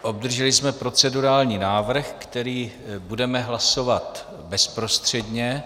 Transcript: Obdrželi jsme procedurální návrh, který budeme hlasovat bezprostředně.